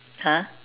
!huh!